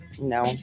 no